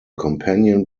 companion